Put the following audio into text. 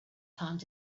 found